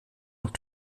und